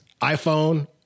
iPhone